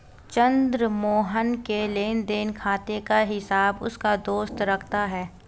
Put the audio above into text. चंद्र मोहन के लेनदेन खाते का हिसाब उसका दोस्त रखता है